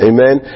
Amen